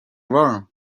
warm